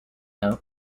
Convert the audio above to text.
hope